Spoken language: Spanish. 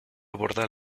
borda